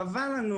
חבל לנו